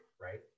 right